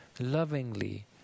lovingly